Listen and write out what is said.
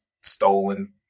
stolen